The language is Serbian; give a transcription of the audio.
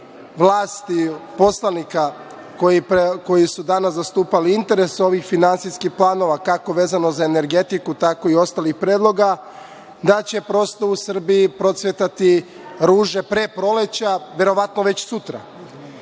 vlasti, poslanika, koji su danas zastupali interese ovih finansijskih planova, kako vezano za energetiku, tako i ostalih predloga, da će prosto u Srbiji procvetati ruže pre proleća verovatno već sutra. Ono